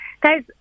Guys